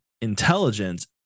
intelligence